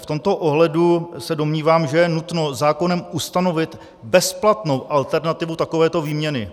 V tomto ohledu se domnívám, že je nutno zákonem ustanovit bezplatnou alternativu takovéto výměny.